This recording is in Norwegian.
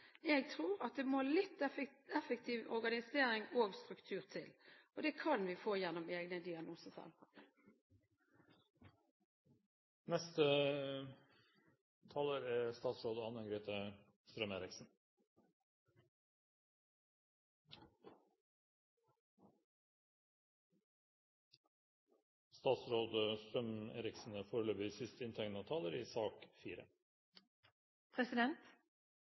jeg tror at det må litt effektiv organisering og struktur til. Det kan vi få gjennom egne diagnosesentre. Forslagsstillerne har satt et viktig tema på dagsordenen, som jeg er